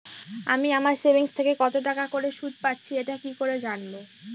আমি আমার সেভিংস থেকে কতটাকা করে সুদ পাচ্ছি এটা কি করে জানব?